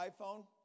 iPhone